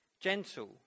Gentle